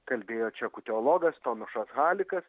kalbėjo čekų teologas tomašas halikas